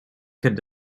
could